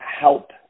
help